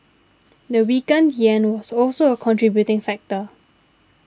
the weakened yen was also a contributing factor